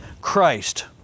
Christ